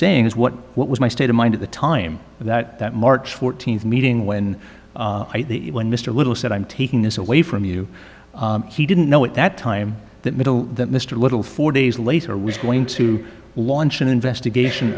saying is what what was my state of mind at the time that that march fourteenth meeting when i when mr little said i'm taking this away from you he didn't know at that time that middle that mr little four days later he's going to launch an investigation